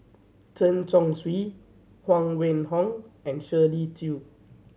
Chen Chong Swee Huang Wenhong and Shirley Chew